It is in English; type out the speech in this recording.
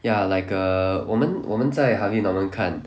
ya like err 我们我们在 Harvey Norman 看